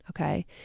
Okay